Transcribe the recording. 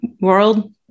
world